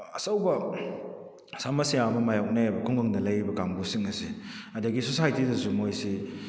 ꯑꯆꯧꯕ ꯁꯃꯁ꯭ꯌꯥ ꯑꯃ ꯃꯥꯏꯌꯣꯛꯅꯩꯑꯕ ꯈꯨꯡꯒꯪꯗ ꯂꯩꯔꯤꯕ ꯀꯥꯡꯕꯨꯁꯤꯡ ꯑꯁꯦ ꯑꯗꯨꯗꯒꯤ ꯁꯣꯁꯥꯏꯇꯤꯗꯁꯨ ꯃꯣꯏꯁꯤ